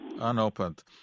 Unopened